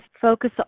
focus